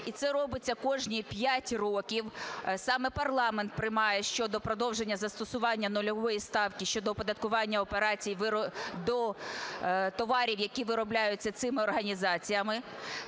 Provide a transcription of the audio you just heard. і це робиться кожні 5 років. Саме парламент приймає щодо продовження застосування нульової ставки щодо оподаткування операцій до товарів, які виробляються цими організаціями,